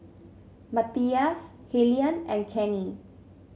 Matthias Helyn and Kenny